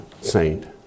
saint